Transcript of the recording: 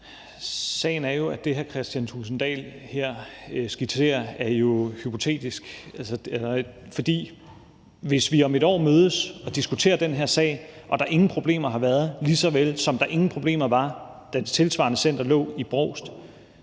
Sagen er, at det, hr. Kristian Thulesen Dahl her skitserer, jo er hypotetisk. For hvis vi om et år mødes og diskuterer den her sag og der ingen problemer har været, lige så vel som der ingen problemer var, da et tilsvarende center lå i Brovst,